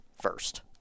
first